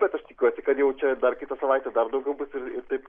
bet aš tikiuosi kad jaučia dar kitą savaitę dar daugiau bus ir taip